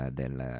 del